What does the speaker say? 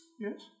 Yes